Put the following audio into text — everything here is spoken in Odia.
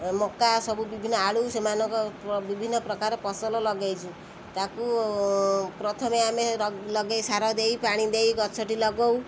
ମକା ସବୁ ବିଭିନ୍ନ ଆଳୁ ସେମାନଙ୍କ ବିଭିନ୍ନ ପ୍ରକାର ଫସଲ ଲଗାଇଛୁ ତାକୁ ପ୍ରଥମେ ଆମେ ଲଗାଇ ସାର ଦେଇ ପାଣିଦେଇ ଗଛଟି ଲଗଉ